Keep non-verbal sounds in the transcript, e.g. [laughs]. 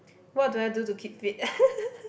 what do I do to keep fit [laughs]